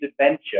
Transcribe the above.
adventure